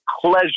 pleasure